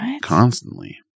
constantly